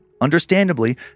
Understandably